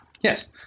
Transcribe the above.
Yes